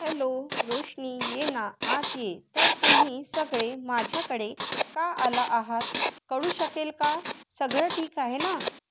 hello Roshni ये ना आत ये तर तुम्ही सगळे माझ्याकडे का आला आहात कळू शकेल का सगळं ठीक आहे ना